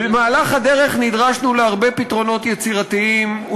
במהלך הדרך נדרשנו להרבה פתרונות יצירתיים,